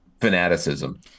fanaticism